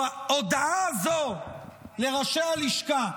ההודעה הזו לראשי הלשכה,